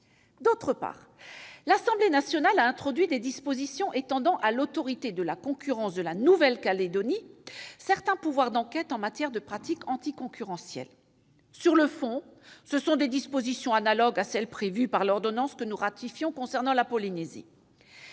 D'autre part, l'Assemblée nationale a introduit des dispositions visant à étendre à l'Autorité de la concurrence de la Nouvelle-Calédonie certains pouvoirs d'enquête en matière de pratiques anticoncurrentielles. Sur le fond, ce sont des dispositions analogues à celles qui sont prévues par l'ordonnance que nous ratifions concernant la Polynésie.